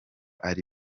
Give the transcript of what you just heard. ari